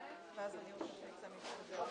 הישיבה נעולה.